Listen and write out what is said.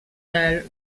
del